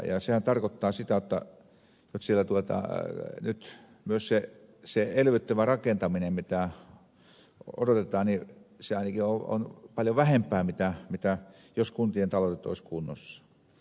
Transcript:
sehän tarkoittaa sitä jotta nyt siellä myös se elvyttävä rakentaminen mitä odotetaan ainakin on paljon vähempää kuin jos kuntien taloudet olisivat kunnossa